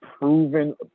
proven